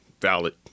valid